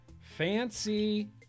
Fancy